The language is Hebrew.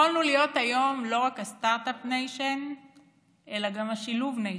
יכולנו להיות היום לא רק הסטרטאפ ניישן אלא גם השילוב ניישן,